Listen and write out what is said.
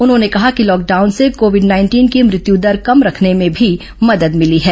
उन्होंने कहा कि लॉकडाउन से कोविड नाइंटीन की मृत्यू दर कम रखने में भी मदद मिली है